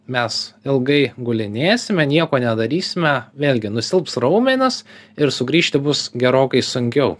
mes ilgai gulinėsime nieko nedarysime vėlgi nusilps raumenys ir sugrįžti bus gerokai sunkiau